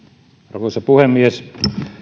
arvoisa puhemies